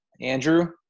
Andrew